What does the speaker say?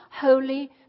holy